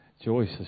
Joyce